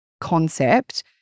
concept